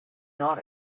not